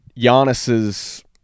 Giannis's